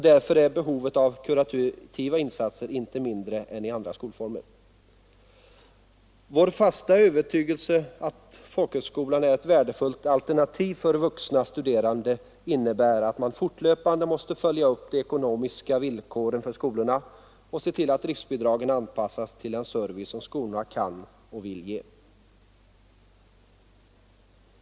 Därför är behovet av kurativa insatser inte mindre än i andra skolformer. Vår fasta övertygelse att folkhögskolan är ett värdefullt alternativ för vuxna studerande innebär att man fortlöpande måste följa upp de ekonomiska villkoren för skolorna och se till att driftbidragen anpassas till den service som skolorna kan och vill ge.